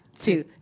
two